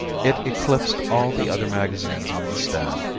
it eclipsed all the other magazines on the stand.